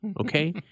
okay